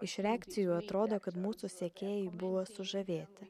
iš reakcijų atrodo kad mūsų sekėjai buvo sužavėti